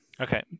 Okay